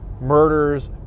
murders